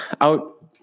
out